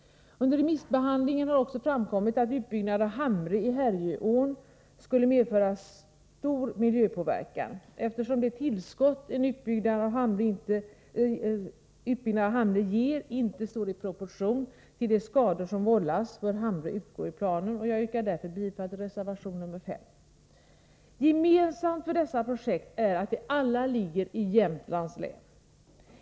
Under remissbehandlingen har också framkommit att en utbyggnad av Hamre i Härjeån skulle medföra stor miljöpåverkan. Eftersom det tillskott en utbyggnad av Hamre ger inte står i proportion till de skador som vållas, bör Hamre utgå ur planen. Jag yrkar bifall till reservation nr 5. Gemensamt för dessa projekt är att de alla ligger i Jämtlands län.